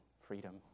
freedom